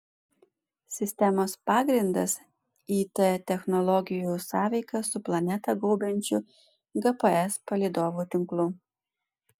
sistemos pagrindas it technologijų sąveika su planetą gaubiančiu gps palydovų tinklu